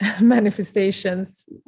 manifestations